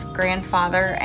grandfather